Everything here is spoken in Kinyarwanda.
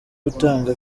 utanga